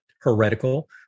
heretical